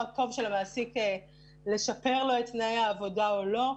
הטוב של המעסיק לשפר לו את תנאי העבודה או לא.